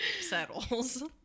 settles